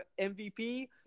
MVP